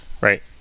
Right